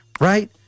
right